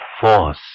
force